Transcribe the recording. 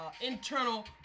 internal